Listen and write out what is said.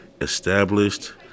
established